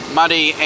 muddy